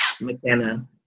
McKenna